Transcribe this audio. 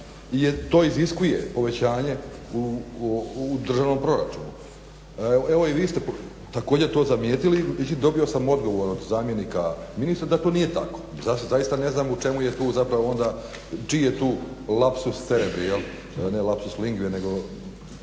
je to, iziskuje povećanje u državnom proračunu. Evo i vi ste također to zamijetili. Međutim dobio sam odgovor od zamjenika ministra da to nije tako. Ja sad zaista ne znam u čemu je tu zapravo onda, čini je tu lapsus… /Govornik se ne razumije/… ne